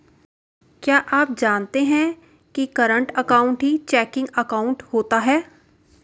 क्या आप जानते है करंट अकाउंट ही चेकिंग अकाउंट होता है